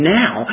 now